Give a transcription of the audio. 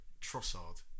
Trossard